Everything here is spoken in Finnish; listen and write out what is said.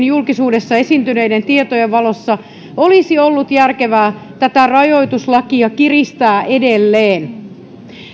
julkisuudessa esiintyneiden tietojen valossa olisi ollut järkevää tätä rajoituslakia kiristää edelleen